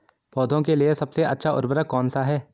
पौधों के लिए सबसे अच्छा उर्वरक कौनसा हैं?